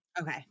Okay